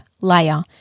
layer